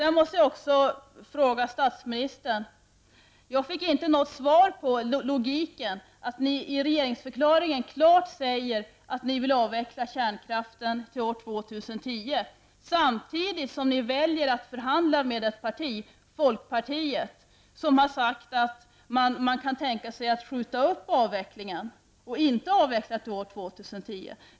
Jag måste också ställa en fråga till statsministern. Jag fick inte något svar på hur det ligger till med logiken i att ni i regeringsförklaringen klart säger att ni vill avveckla kärnkraften till år 2010, samtidigt som ni väljer att förhandla med ett parti, folkpartiet, som har sagt att man kan tänka sig att skjuta upp avvecklingen och inte avveckla till år 2010.